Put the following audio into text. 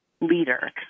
Leader